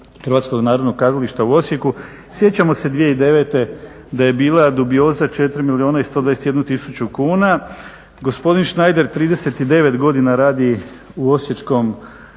Hrvatskog narodnog kazališta u Osijeku. Sjećamo se 2009. da je bila dubioza 4 milijuna i 121 000 kuna. Gospodin Schneider 39 godina radi u osječkom